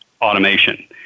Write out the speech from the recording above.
automation